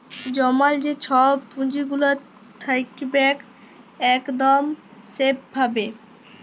জমাল যে ছব পুঁজিগুলা থ্যাকবেক ইকদম স্যাফ ভাবে